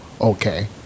Okay